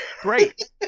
great